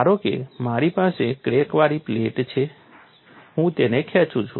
ધારો કે મારી પાસે ક્રેકવાળી પ્લેટ છે હું તેને ખેંચું છું